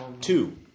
two